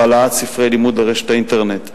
הוא העלאת ספרי לימוד לרשת האינטרנט.